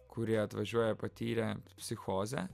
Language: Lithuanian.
kurie atvažiuoja patyrę psichozę